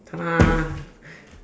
tada